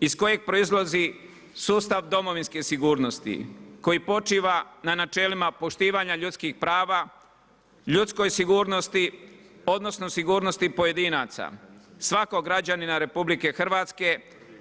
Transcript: iz kojeg proizlazi sustav domovinske sigurnosti koji počiva na načelima poštivanja ljudskih prava, ljudskoj sigurnosti odnosno sigurnosti pojedinaca svakog građanina RH